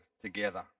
together